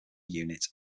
unit